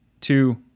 two